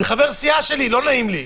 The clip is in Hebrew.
זה חבר סיעה שלי, לא נעים לי.